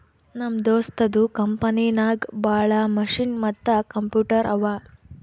ನಮ್ ದೋಸ್ತದು ಕಂಪನಿನಾಗ್ ಭಾಳ ಮಷಿನ್ ಮತ್ತ ಕಂಪ್ಯೂಟರ್ ಅವಾ